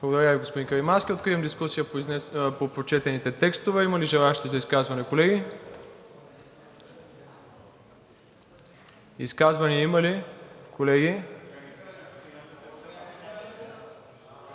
Благодаря Ви, господин Каримански. Откривам дискусия по прочетените текстове. Има ли желаещи за изказване, колеги? Изказвания има ли, колеги?